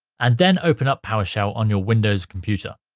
and then open up powershell on your windows computer